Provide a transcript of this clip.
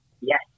Yes